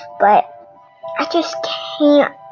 but i just can't.